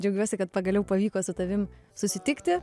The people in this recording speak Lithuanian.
džiaugiuosi kad pagaliau pavyko su tavim susitikti